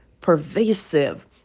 pervasive